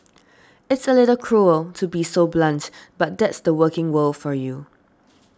it's a little cruel to be so blunt but that's the working world for you